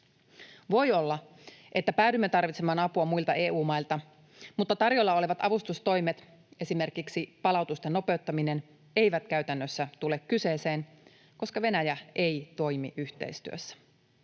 Voi olla, että päädymme tarvitsemaan apua muilta EU-mailta, mutta tarjolla olevat avustustoimet, esimerkiksi palautusten nopeuttaminen, eivät käytännössä tule kyseeseen, koska Venäjä ei toimi yhteistyössä.